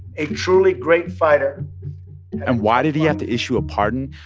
a truly great fighter and why did he have to issue a pardon?